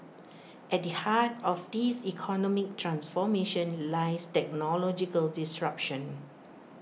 at the heart of this economic transformation lies technological disruption